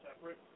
separate